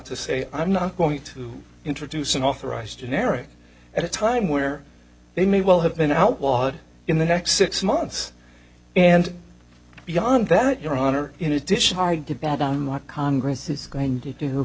to say i'm not going to introduce an authorized generic at a time where they may well have been outlawed in the next six months and beyond that your honor in addition to better than what congress is going to do